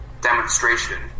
demonstration